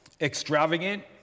extravagant